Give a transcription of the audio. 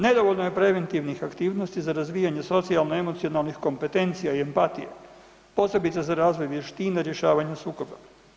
Nedovoljno je preventivnih aktivnosti za razvijanje socijalno-emocionalnih kompetencija i empatije, posebice za razvoj vještina, rješavanje sukoba.